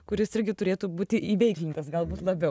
kuris irgi turėtų būti įveiklintas galbūt labiau